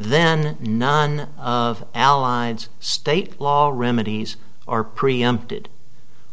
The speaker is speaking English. then non of allied state law remedies are preempted